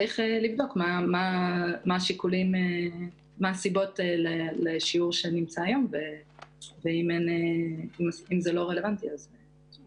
צריך לבדוק מה הסיבות ל --- ואם זה לא רלוונטי אז להוריד.